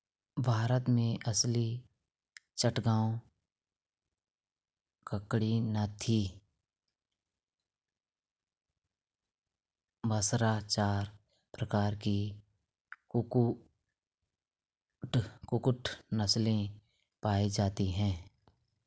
भारत में असील, चटगांव, कड़कनाथी, बसरा चार प्रकार की कुक्कुट नस्लें पाई जाती हैं